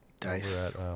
Dice